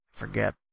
Forget